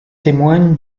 témoignent